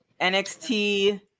NXT